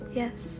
yes